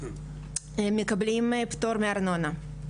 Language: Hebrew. מקבלים פטור מארנונה,